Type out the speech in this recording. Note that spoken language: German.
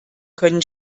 können